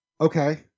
Okay